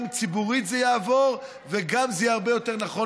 גם ציבורית זה יעבור וגם זה יהיה הרבה יותר נכון